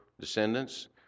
descendants